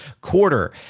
quarter